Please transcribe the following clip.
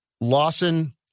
Lawson